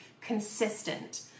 consistent